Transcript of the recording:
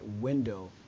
window